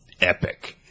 epic